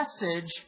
message